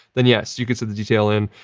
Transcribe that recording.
then yes, you can set the detail in,